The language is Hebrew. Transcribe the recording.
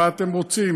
מה אתם רוצים?